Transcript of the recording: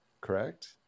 correct